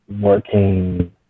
working